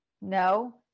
No